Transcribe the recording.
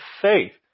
faith